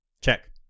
Check